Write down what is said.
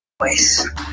voice